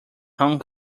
hong